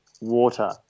water